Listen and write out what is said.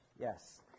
Yes